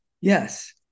Yes